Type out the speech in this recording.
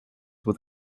with